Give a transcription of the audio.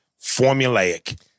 formulaic